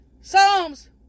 Psalms